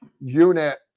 unit